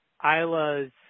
Isla's